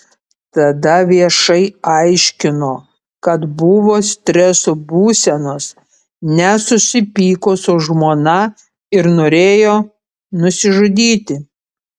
tada viešai aiškino kad buvo streso būsenos nes susipyko su žmona ir norėjo nusižudyti